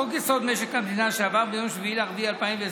חוק-יסוד: משק המדינה שעבר ביום 7 באפריל